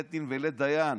לית דין ולית דיין.